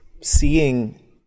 seeing